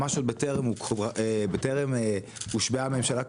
ממש עוד בטרם הושבעה הממשלה,